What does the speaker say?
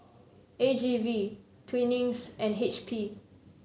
A G V Twinings and H P